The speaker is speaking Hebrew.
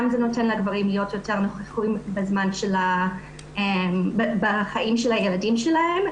זה גם נותן לגברים להיות יותר נוכחים בחיים של הילדים שלהם,